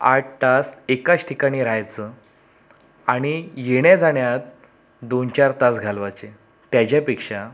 आठ तास एकाच ठिकाणी राहायचं आणि येण्याजाण्यात दोनचार तास घालवाचे त्याच्यापेक्षा